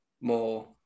more